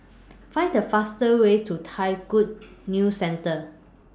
Find The faster Way to Thai Good News Centre